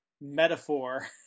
metaphor